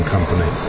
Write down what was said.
Company